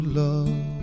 love